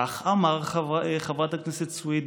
כך אמר, חברת הכנסת סויד,